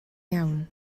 iawn